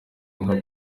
nko